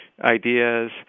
ideas